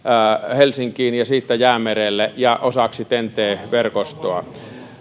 helsinkiin ja siitä jäämerelle ja osaksi ten ten t verkostoa